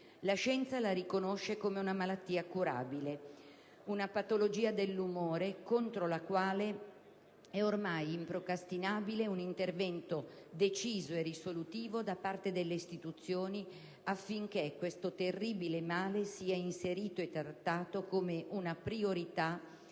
La scienza la riconosce come una malattia curabile, una patologia dell'umore contro la quale è ormai improcrastinabile un intervento deciso e risolutivo da parte delle istituzioni affinché questo terribile male sia inserito e trattato come una priorità